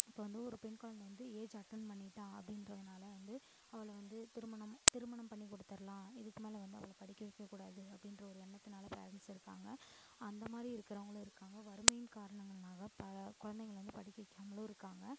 இப்போது வந்து ஒரு பெண் குழந்தை வந்து ஏஜ் அட்டன் பண்ணிவிட்டா அப்படின்றதுனால வந்து அவளை வந்து திருமணம் திருமணம் பண்ணி குடுத்துடலாம் இதுக்கு மேலே வந்து அவளை படிக்க வைக்க கூடாது அப்படின்ற ஒரு எண்ணத்தினால பேரண்ட்ஸ் இருக்காங்க அந்தமாதிரி இருக்கிறவங்களும் இருக்காங்க வறுமையின் காரணங்கள்னால பல குழந்தைங்களை வந்து படிக்க வைக்காமலும் இருக்காங்க